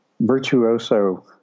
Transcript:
virtuoso